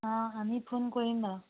অঁ আমি ফোন কৰিম বাৰু